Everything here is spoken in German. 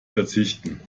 verzichten